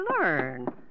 learn